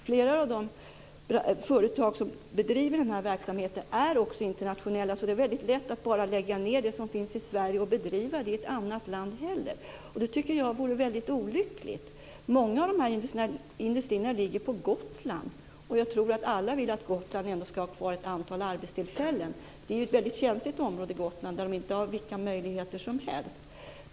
Flera av de företag som bedriver denna verksamhet är också internationella. Det är därför väldigt lätt att bara lägga ned det som finns i Sverige och bedriva verksamheten i ett annat land. Det tycker jag vore väldigt olyckligt. Många av dessa industrier ligger på Gotland. Och jag tror att alla vill att Gotland ändå ska ha kvar ett antal arbetstillfällen. Gotland är ett väldigt känsligt område där man inte har vilka möjligheter som helst.